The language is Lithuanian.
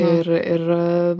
ir ir